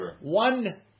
one